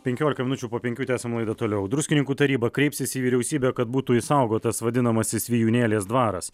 penkiolika minučių po penkių tęsiam laidą toliau druskininkų taryba kreipsis į vyriausybę kad būtų išsaugotas vadinamasis vijūnėlės dvaras